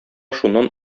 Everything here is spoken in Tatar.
шуннан